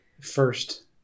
first